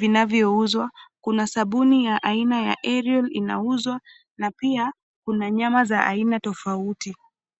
vinavyouza, kuna sabuni ya aina ya Ariel inauzwa na pia nyama za aina tofauti.